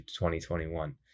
2021